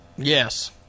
Yes